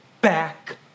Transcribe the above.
back